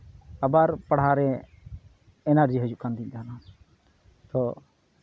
ᱟᱵᱟᱨ ᱯᱟᱲᱦᱟᱣ ᱨᱮ ᱮᱱᱟᱨᱡᱤ ᱦᱤᱡᱩᱜ ᱠᱟᱱ ᱛᱤᱧ ᱛᱟᱦᱮᱱᱟ ᱛᱚ